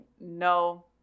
no